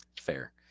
fair